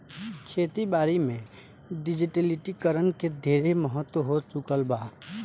खेती बारी में डिजिटलीकरण के ढेरे महत्व हो चुकल बा